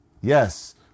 Yes